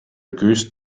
goose